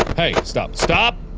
hey. stop, stop!